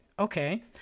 Okay